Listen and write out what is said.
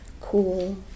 cool